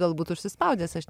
galbūt užsispaudęs aš